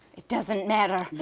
it doesn't matter,